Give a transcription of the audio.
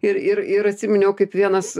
ir ir ir atsiminiau kaip vienas